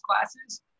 classes